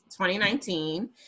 2019